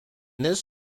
this